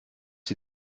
sie